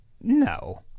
no